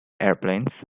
airplanes